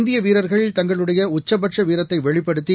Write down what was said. இந்திய வீரர்கள் தங்களுடைய உச்சபட்ச வீரத்தை வெளிப்படுத்தி